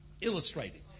illustrated